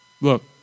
look